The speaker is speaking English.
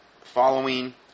following